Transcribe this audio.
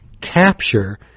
capture